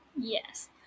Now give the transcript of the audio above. Yes